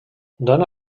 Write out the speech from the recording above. dóna